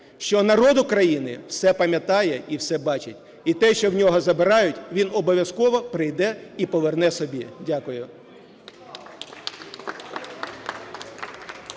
що народ України все пам'ятає і все бачить і те, що в нього забирають, він обов'язково прийде і поверне собі. Дякую.